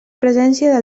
presència